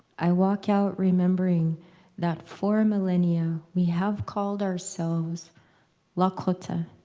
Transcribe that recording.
i walk out remembering that for millennia, we have called ourselves lakota,